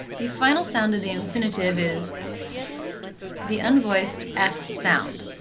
the final sound in the infinitive is the unvoiced f sound.